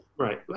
Right